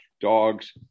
dogs